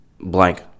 Blank